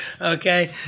okay